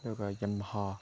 ꯑꯗꯨꯒ ꯌꯝꯍꯥ